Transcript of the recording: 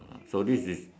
so this is